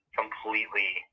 completely